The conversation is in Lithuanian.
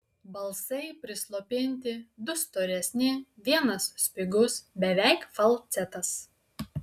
balsai prislopinti du storesni vienas spigus beveik falcetas